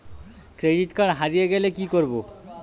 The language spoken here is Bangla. ক্রেডিট কার্ড হারিয়ে গেলে কি করব?